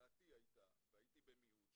דעתי הייתה והייתי במיעוט,